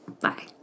Bye